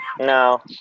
no